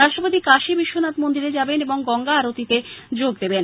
রাষ্ট্রপতি কাশি বিশ্বনাথ মন্দির যাবেন এবং গঙ্গা আরতিতে যোগ দেবেন